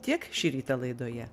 tiek šį rytą laidoje